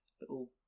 little